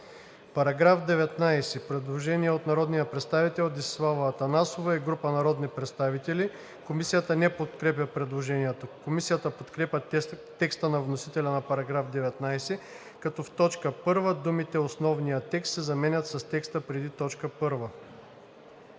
По § 19 има предложение от народния представител Десислава Атанасова и група народни представители. Комисията не подкрепя предложението. Комисията подкрепя текста на вносителя за § 19, като в т. 1 думите „основния текст“ се заменят с „текста преди т. 1“.